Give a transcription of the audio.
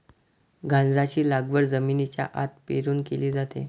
गाजराची लागवड जमिनीच्या आत पेरून केली जाते